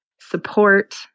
support